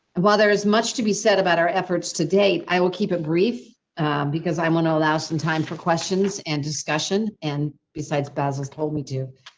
while there is much to be said about our efforts to date, i will keep it brief because i want to allow some time for questions and discussion and besides bathrooms told me do,